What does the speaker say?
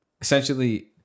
Essentially